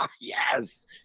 Yes